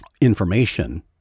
information